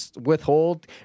withhold